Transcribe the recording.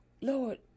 Lord